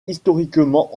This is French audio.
historiquement